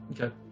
Okay